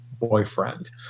boyfriend